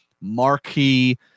marquee